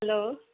hello